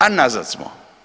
A nazad smo.